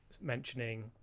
mentioning